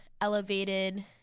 elevated